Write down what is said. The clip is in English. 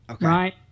right